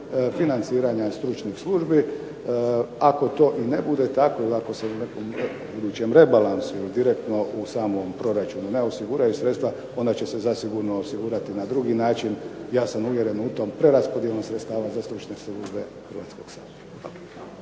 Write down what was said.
financiranja stručnih službi. Ako to i ne bude tako ili ako se u nekom …/Ne razumije se./… rebalansu ili direktno u samom proračunu ne osiguraju sredstva ona će se zasigurno osigurati na drugi način. Ja sam uvjeren u to preraspodjelom sredstava za stručne službe Hrvatskog sabora.